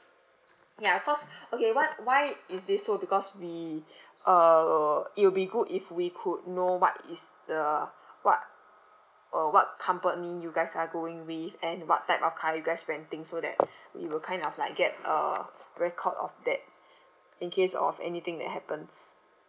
ya cause okay what why is this so because we uh it will be good if we could know what is the what uh what company you guys are going with and what type of car you guys renting so that we will kind of like get uh record of that in case of anything that happens